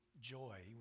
joy